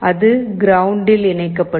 அது கிரவுண்டில் இணைக்கப்படும்